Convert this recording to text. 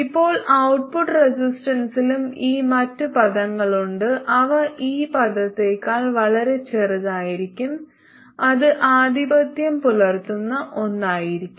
ഇപ്പോൾ ഔട്ട്പുട്ട് റെസിസ്റ്റൻസിലും ഈ മറ്റ് പദങ്ങളുണ്ട് അവ ഈ പദത്തേക്കാൾ വളരെ ചെറുതായിരിക്കും അത് ആധിപത്യം പുലർത്തുന്ന ഒന്നായിരിക്കും